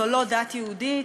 זו לא דת יהודית.